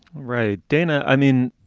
right, dana? i mean,